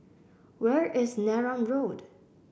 where is Neram Road